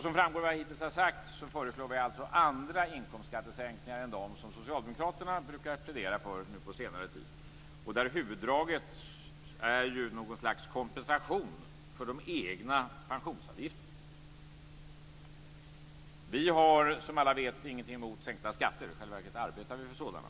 Som framgår av vad som hittills har sagts föreslår vi alltså andra inkomstskattesänkningar än de som socialdemokraterna har pläderat för på senare tid. Huvuddraget är något slags kompensation för de egna pensionsavgifterna. Vi har, som alla vet, inget emot sänkta skatter. I själva verket arbetar vi för sådana.